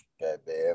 goddamn